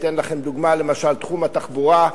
אתן לכם דוגמה: תחום התחבורה.